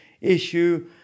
issue